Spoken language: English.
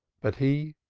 but he,